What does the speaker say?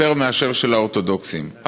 יותר מאשר של האורתודוקסים,